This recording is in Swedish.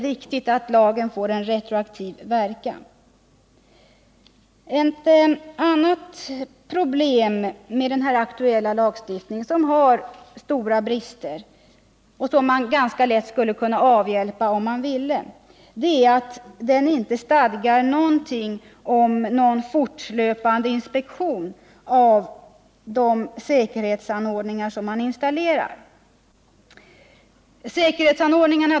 Ett annat problem med den aktuella lagstiftningen — vilken har stora brister, som man dock ganska lätt skulle kunna avhjälpa om man bara ville — är att den inte stadgar någonting om fortlöpande inspektion av installerade säkerhetsanordningar.